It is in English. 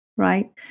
Right